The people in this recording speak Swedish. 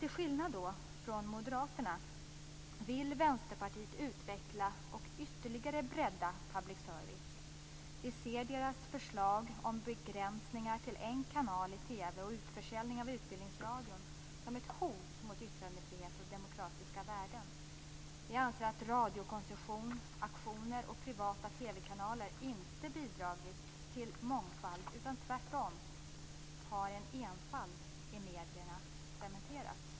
Till skillnad från Moderaterna vill Vänsterpartiet utveckla och ytterligare bredda public service. Vi ser TV och utförsäljning av Utbildningsradion som ett hot mot yttrandefrihet och demokratiska värden. Vi anser att radiokoncessionsauktioner och privata TV kanaler inte bidragit till mångfald, utan tvärtom har en enfald i medierna cementerats.